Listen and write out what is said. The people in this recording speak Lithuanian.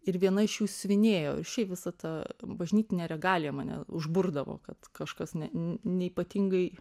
ir viena iš jų siuvinėjo ir šiaip visa ta bažnytinė regalija mane užburdavo kad kažkas ne n neypatingai